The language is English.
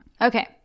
Okay